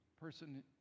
person